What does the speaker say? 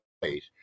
place